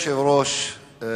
אדוני היושב-ראש,